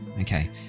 okay